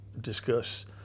discuss